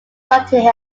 notting